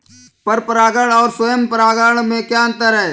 पर परागण और स्वयं परागण में क्या अंतर है?